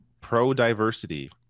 pro-diversity